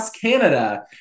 Canada